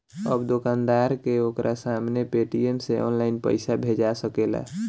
अब दोकानदार के ओकरा सामने पेटीएम से ऑनलाइन पइसा भेजा सकेला